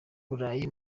burayi